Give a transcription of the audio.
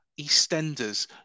EastEnders